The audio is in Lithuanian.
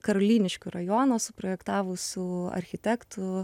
karoliniškių rajoną suprojektavusių architektų